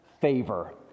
favor